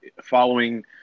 following